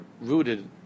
rooted